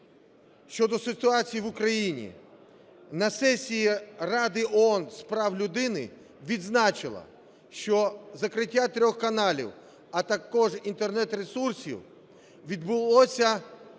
щодо ситуації в Україні на сесії Ради ООН з прав людини, відзначила, що закриття трьох каналів, а також інтернет-ресурсів відбулося в